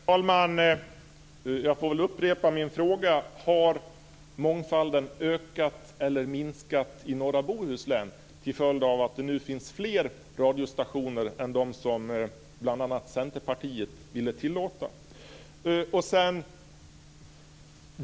Herr talman! Jag får upprepa min fråga. Har mångfalden ökat eller minskat i norra Bohuslän till följd av att det nu finns fler radiostationer än dem som bl.a. Centerpartiet ville tillåta?